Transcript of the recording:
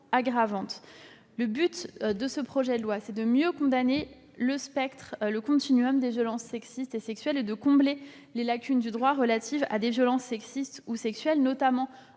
aggravantes. Notre objectif, avec ce projet de loi, est de mieux condamner le spectre ou le continuum des violences sexistes et sexuelles et de combler les lacunes du droit relatives à des violences sexistes ou sexuelles, notamment en